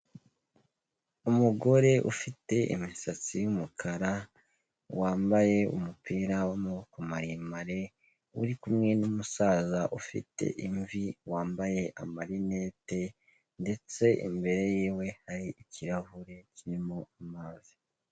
Umugore ufite imisatsi y'umukara, wambaye umupira w'amaboko maremare, uri kumwe n'umusaza ufite imvi, wambaye amarinete ndetse imbere yiwe hari ikirahure kirimo amazi.